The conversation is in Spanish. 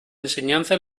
enseñanza